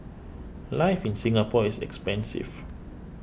life in Singapore is expensive